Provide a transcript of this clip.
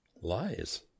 Lies